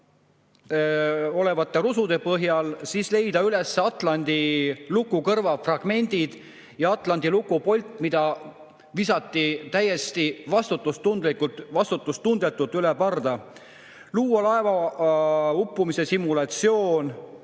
olevate rusude põhjal, leida üles Atlandi luku kõrva fragmendid ja Atlandi luku polt, mis visati täiesti vastutustundetult üle parda. [On vaja] luua laeva uppumise simulatsioon